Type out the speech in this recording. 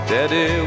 Daddy